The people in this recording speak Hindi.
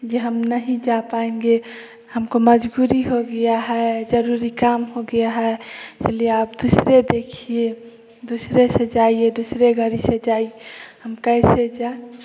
जो हम नहीं जा पाएँगे हमको मज़बूरी हो गया है जरुरी काम हो गया है इसलिए आप दूसरे देखिए दूसरे से जाएं दूसरे गाड़ी से जाएं हम कैसे जाएं